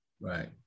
Right